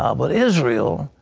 ah but israel,